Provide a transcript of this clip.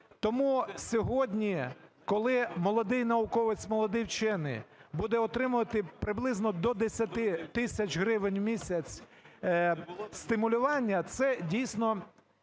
Тому сьогодні, коли молодий науковець, молодий вчений буде отримувати приблизно до 10 тисяч гривень в місяць стимулювання, це дійсно